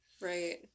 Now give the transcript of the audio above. Right